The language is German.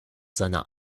seiner